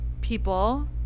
people